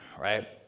right